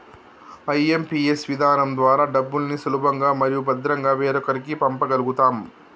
IMPS విధానం ద్వారా డబ్బుల్ని సులభంగా మరియు భద్రంగా వేరొకరికి పంప గల్గుతం